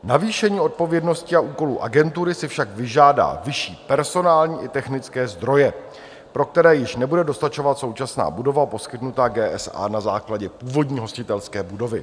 Navýšení odpovědnosti a úkolů agentury si však vyžádá vyšší personální i technické zdroje, pro které již nebude dostačovat současná budova poskytnutá GSA na základě původní hostitelské budovy.